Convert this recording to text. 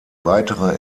weitere